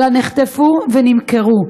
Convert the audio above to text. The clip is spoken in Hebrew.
אלא נחטפו ונמכרו.